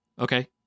Okay